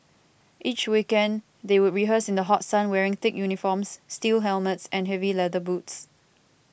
each weekend they would rehearse in the hot sun wearing thick uniforms steel helmets and heavy leather boots